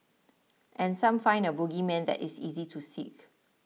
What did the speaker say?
and some find a bogeyman that is easy to seek